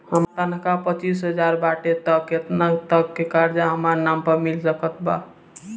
हमार तनख़ाह पच्चिस हज़ार बाटे त केतना तक के कर्जा हमरा नाम पर मिल सकत बा?